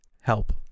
help